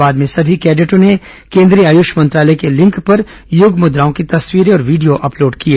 बाद में समी कैडेटों ने केंद्रीय आयष मंत्रालय के लिंक पर योग मुद्राओं की तस्वीरें और वीडियो अपलोड किए